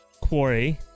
quarry